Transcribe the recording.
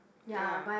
ya